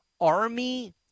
Army